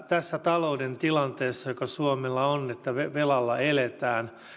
tässä talouden tilanteessa joka suomella on että velalla eletään